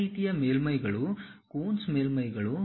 ಇತರ ರೀತಿಯ ಮೇಲ್ಮೈಗಳು ಕೂನ್ಸ್ ಮೇಲ್ಮೈಗಳು